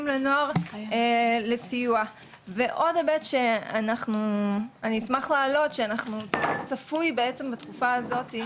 לנוער לסיוע ועוד היבט שאני אשמח לעלות שצפוי בעצם בתקופה הזאתי